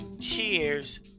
Cheers